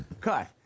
cut